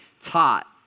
taught